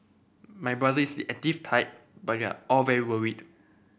my brother is the active type but we are all very worried